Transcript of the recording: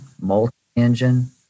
multi-engine